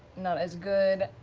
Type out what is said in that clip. not as good,